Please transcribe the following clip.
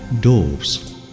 doors